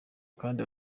kandi